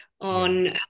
on